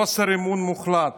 יש חוסר אמון מוחלט